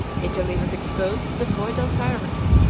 italy was exposed to the feudal tyranny,